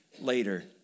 later